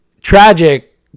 tragic